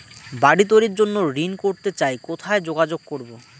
বাড়ি তৈরির জন্য ঋণ করতে চাই কোথায় যোগাযোগ করবো?